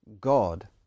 God